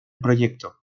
proyecto